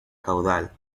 caudal